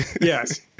Yes